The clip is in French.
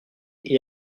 est